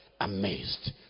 Amazed